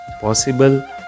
possible